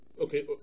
Okay